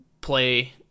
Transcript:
play